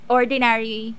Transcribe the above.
ordinary